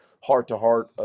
heart-to-heart